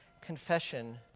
confession